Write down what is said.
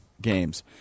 games